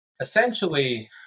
essentially